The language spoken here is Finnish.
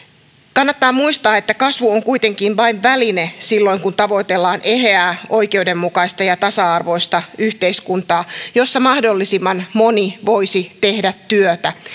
kannattaa muistaa että kasvu on kuitenkin vain väline silloin kun tavoitellaan eheää oikeudenmukaista ja tasa arvoista yhteiskuntaa jossa mahdollisimman moni voisi tehdä työtä